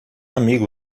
amigo